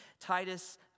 Titus